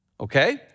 okay